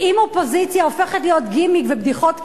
אם אופוזיציה הופכת להיות גימיק ובדיחות קרש,